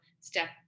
step